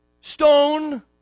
stone